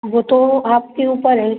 ये तो आपके ऊपर है